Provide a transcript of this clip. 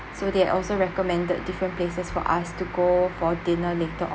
so they had also recommended different places for us to go for dinner later on